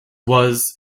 was